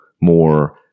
more